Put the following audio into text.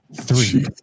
three